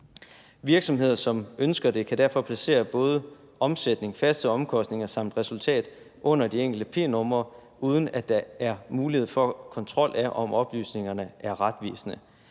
Virksomheder, som ønsker det, kan vælge at placere både omsætning, faste omkostninger samt resultater under de enkelte p-numre, uden at der er mulighed for kontrol af, om oplysningerne er retvisende.